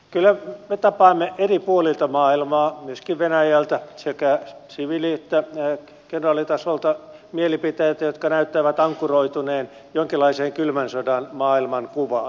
kyllä me tapaamme eri puolilta maailmaa myöskin venäjältä sekä siviili että kenraalitasolta mielipiteitä jotka näyttävät ankkuroituneen jonkinlaiseen kylmän sodan maailmankuvaan